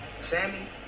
Sammy